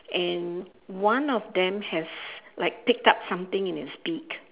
and one of them has like picked up something in its beak